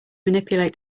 manipulate